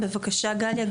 בבקשה גליה.